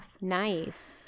nice